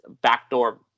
backdoor